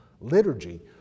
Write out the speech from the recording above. liturgy